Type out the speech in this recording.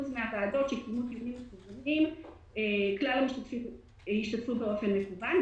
מן הוועדות שקיימו דיונים מקוונים כלל לא השתתפו באופן מקוון.